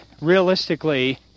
realistically